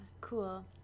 cool